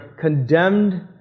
condemned